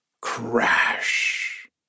Crash